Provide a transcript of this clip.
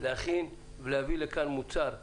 להכין ולהביא לכאן מוצר מושלם,